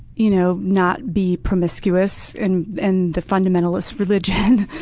you know not be promiscuous in in the fundamentalist religion.